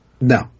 No